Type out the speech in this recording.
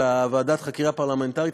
של ועדת החקירה הפרלמנטרית,